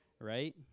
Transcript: right